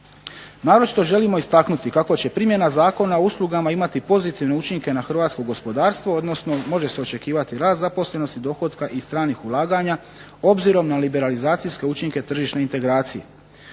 Naročito želimo istaknuti kako će primjena Zakona o uslugama imati pozitivne učinke na hrvatsko gospodarstvo, odnosno može se očekivati rast zaposlenosti, dohotka i stranih ulaganja obzirom na liberalizacijske učinke tržišne integracije.